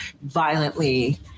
violently